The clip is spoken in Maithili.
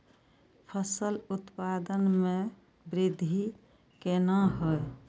फसल उत्पादन में वृद्धि केना हैं?